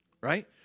Right